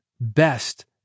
Best